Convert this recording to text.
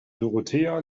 dorothea